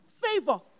Favor